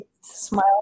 smile